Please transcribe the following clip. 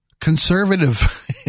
conservative